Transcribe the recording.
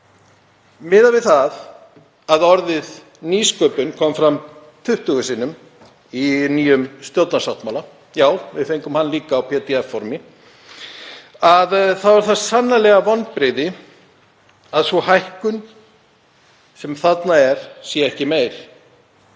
Miðað við það að orðið nýsköpun kom fram 20 sinnum í nýjum stjórnarsáttmála — já, við fengum hann líka á pdf-formi — þá eru það sannarlega vonbrigði að sú hækkun sem þarna er sé ekki meiri.